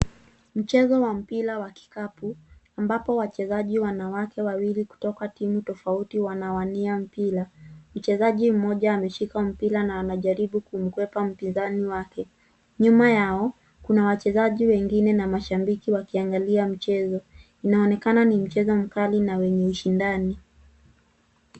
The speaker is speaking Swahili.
Mchezo wa mpira wa kikapu, ambapo wachezaji wanawake wawili kutoka timu tofauti wanawania mpira. Mchezaji mmoja ameshika mpira na anajaribu kumkwepa mpinzani wake. Nyuma yao, kuna wachezaji wengine na mashabiki wakiangalia mchezo. Inaonekana ni mchezo mkali na wenye ushindani.